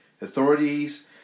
Authorities